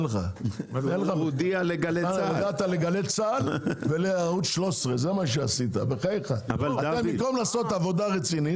מה הודעת לגלי צה"ל ולערוץ 13. במקום לעשות עבודה רצינית.